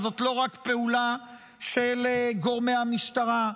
וזאת לא רק פעולה של גורמי המשטרה,